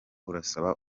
urasaba